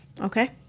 Okay